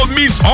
miss